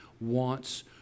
Wants